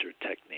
technique